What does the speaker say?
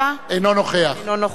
אינו נוכח אינו נוכח.